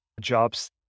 jobs